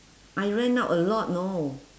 I rent out a lot know